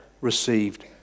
received